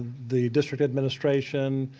the district administration,